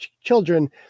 children